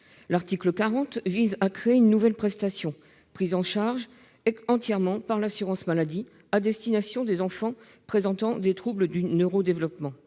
L'article 40 vise à créer une nouvelle prestation, prise en charge entièrement par l'assurance maladie, à destination des enfants présentant des troubles du neuro-développement.